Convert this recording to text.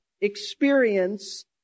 experience